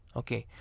okay